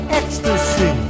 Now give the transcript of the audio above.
ecstasy